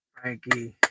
Frankie